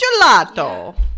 gelato